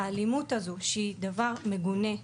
אלימות היא דבר מגונה,